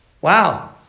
wow